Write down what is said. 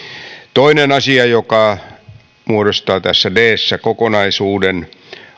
toinen asia joka muodostaa tässä kolme d ssä kokonaisuuden on deterrence